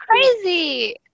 crazy